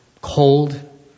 cold